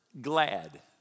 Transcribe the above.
glad